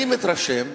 אני מתרשם,